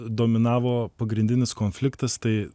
dominavo pagrindinis konfliktas tai